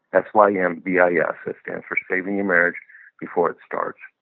s y m b i yeah s. it stands for saving your marriage before it starts.